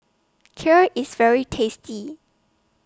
Kheer IS very tasty